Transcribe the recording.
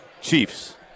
Chiefs